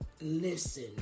listen